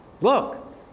Look